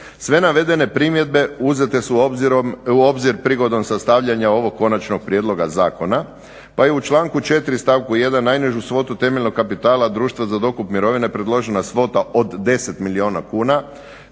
Sve navedene primjedbe uzete su u obzir prigodom sastavljanja ovog konačnog prijedloga zakona pa je u članku 4. stavku 1. najnižu svotu temeljnog kapitala društva za dokup mirovine predložena svota od 10 milijuna kuna